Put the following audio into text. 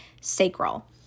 sacral